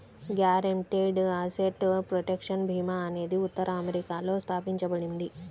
guaranteed asset protection భీమా అనేది ఉత్తర అమెరికాలో స్థాపించబడింది